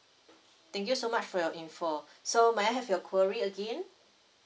thank you so much for your info so may I have your query again